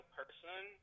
person –